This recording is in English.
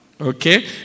Okay